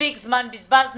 מספיק זן בזבזנו,